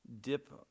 dip